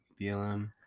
BLM